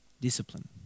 discipline